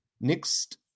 Next